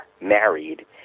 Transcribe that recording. married